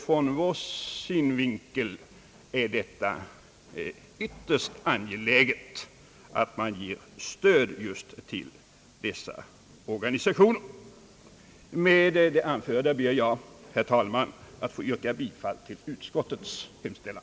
Från vår synvinkel är det därför ytterst angeläget att stöd ges till dessa organisationer. Med det anförda ber jag, herr talman, att få yrka bifall till utskottets hemställan.